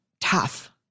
tough